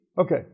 Okay